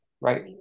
right